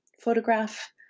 photograph